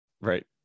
Right